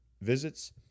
visits